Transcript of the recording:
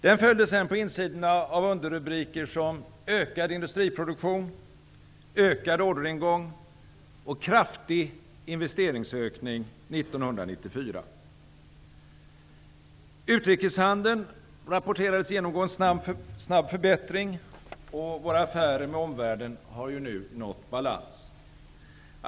Den följdes på insidorna av underrubriker som ''Ökad industriproduktion'', ''Ökad orderingång'' och ''Kraftig investeringsökning 1993''. Utrikeshandeln rapporterades genomgå en snabb förbättring, och våra affärer med omvärlden har nu nått balans.